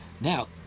Now